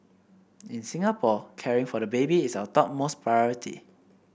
in Singapore caring for the baby is our topmost priority